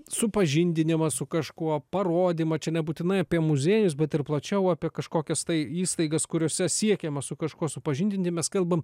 supažindinimą su kažkuo parodymą čia nebūtinai apie muziejus bet ir plačiau apie kažkokias tai įstaigas kuriose siekiama su kažkuo supažindinti mes kalbame